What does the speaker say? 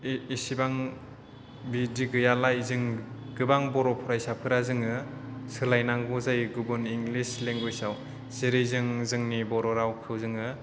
बे एसेबां बिदि गैयालाय जों गोबां बर' फरायसाफ्रा जोङो सोलायनांगौ जायो गुबुन इंलिस लेंगुवेजाव जेरै जों जोंनि बर' रावखौ जोङो